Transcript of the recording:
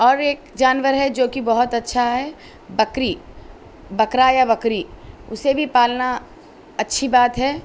اور ایک جانور ہے جو کہ بہت اچھا ہے بکری بکرا یا بکری اسے بھی پالنا اچھی بات ہے